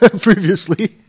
previously